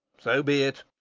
so be it.